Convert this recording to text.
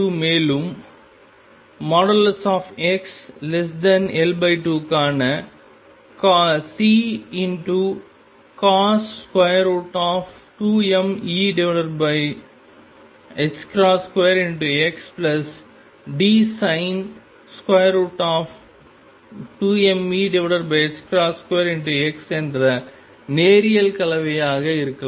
மேலும் xL2 க்கான Ccos 2mE2x Dsin 2mE2xஎன்ற நேரியல் கலவையாக இருக்கலாம்